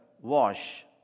wash